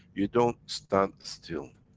you don't stand still.